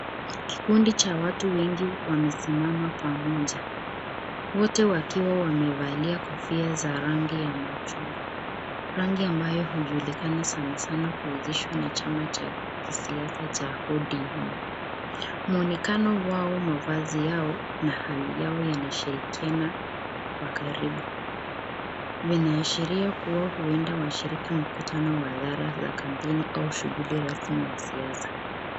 Kikundi cha watu wengi wamesimama pamoja, wote wakiwa wamevalia kofia za rangi ya machungwa. Rangi ambayo hujulikana sana sana kuhusishwa na chama cha kisiasa cha ODM. Muonekano wao, mavazi yao, na hali yao yanashirikiana kwa karibu, vinaashiria kuwa huenda washirika mkutano wa hadhara za kampeni au shughuli rasmi ya siasa.